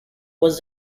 was